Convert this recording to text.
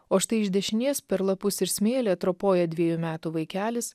o štai iš dešinės per lapus ir smėlį atropoja dviejų metų vaikelis